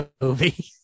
movie